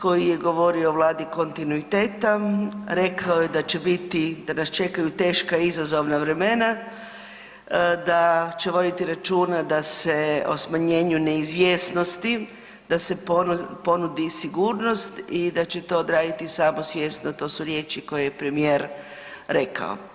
koji je govorio o Vladi kontinuiteta, rekao je da će biti, da nas čekaju teška i izazovna vremena, da će voditi računa da se o smanjenju neizvjesnosti da se ponudi sigurnost i da će to odraditi samosvjesno, to su riječi koje je premijer rekao.